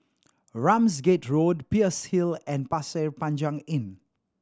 Ramsgate Road Peirce Hill and Pasir Panjang Inn